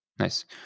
Nice